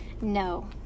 No